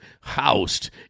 housed